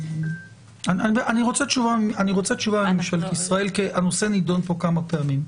אני רוצה תשובה ממשלת ישראל כי הנושא נידון פה כמה פעמים,